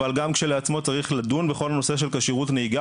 אבל גם כשלעצמו צריך לדון בכל הנושא של כשירות נהיגה